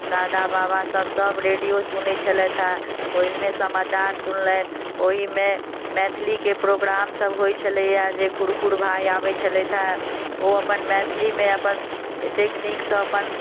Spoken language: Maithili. दादा बाबा सब सब रेडियो सुनै छलैथ हँ ओहिमे समाचार सुनलनि ओहिमे मैथिली के प्रोग्राम सब होइ छलैया जे खुरखुर भाय आबै छलथि हँ ओ अपन मैथिली मे अपन एतेक नीक सँ अपन